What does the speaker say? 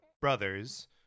Brothers